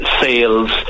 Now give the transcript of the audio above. sales